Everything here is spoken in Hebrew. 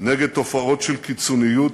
נגד תופעות של קיצוניות,